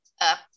up